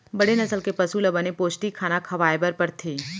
बड़े नसल के पसु ल बने पोस्टिक खाना खवाए बर परथे